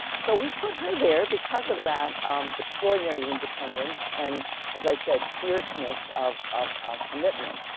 so we put her there because of that extraordinary independence and as i said fierceness of of commitment.